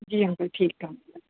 जी uncle ठीकु आहे